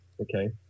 Okay